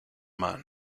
man